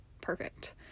perfect